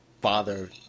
father